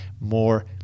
more